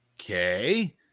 okay